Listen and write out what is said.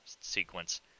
sequence